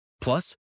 Plus